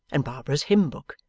and barbara's hymn-book,